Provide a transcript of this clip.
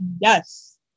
Yes